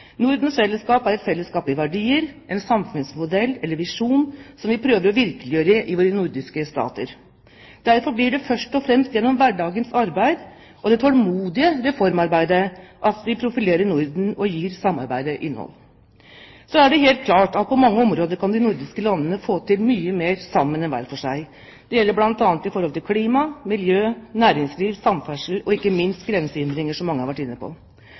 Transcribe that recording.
Nordens fellesskap er et fellesskap i verdier, en samfunnsmodell eller visjon som vi prøver å virkeliggjøre i våre nordiske stater. Derfor blir det først og fremst gjennom hverdagens arbeid og det tålmodige reformarbeidet vi profilerer Norden og gir samarbeidet innholdet. Så er det helt klart at på mange områder kan de nordiske landene få til mye mer sammen enn hver for seg, bl.a. når det gjelder klima, miljø, næringsliv, samferdsel og ikke minst grensehindringer, som mange har vært inne på.